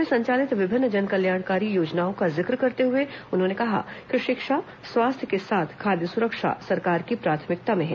प्रदेश में संचालित विभिन्न जनकल्याणकारी योजनाओं का जि क्र करते हुए उन्होंने कहा कि शिक्षा स्वास्थ्य के साथ खाद्य सुरक्षा सरकार की प्राथमिकता में है